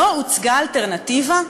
לא הוצגה אלטרנטיבה?